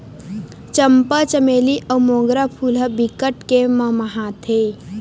चंपा, चमेली अउ मोंगरा फूल ह बिकट के ममहाथे